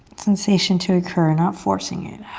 sensation to occur, not forcing it.